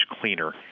cleaner